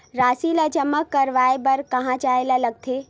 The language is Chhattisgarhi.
राशि ला जमा करवाय बर कहां जाए ला लगथे